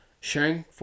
sharing